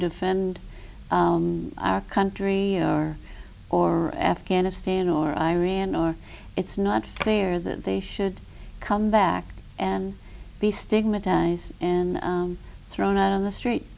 defend our country or or afghanistan or iran or it's not fair that they should come back and be stigmatized and thrown out on the street